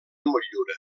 motllura